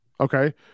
Okay